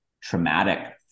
traumatic